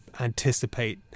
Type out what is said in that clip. anticipate